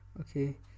okay